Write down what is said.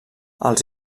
els